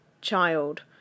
child